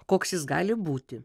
koks jis gali būti